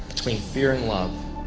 between fear and love.